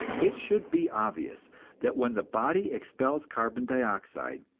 it should be obvious that when the body expels carbon dioxide,